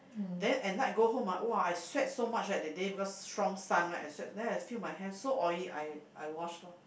then at night go home ah !wah! I sweat so much right that day because strong sun right I sweat then I feel my hair so oily I I wash lor